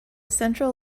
central